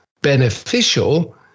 Beneficial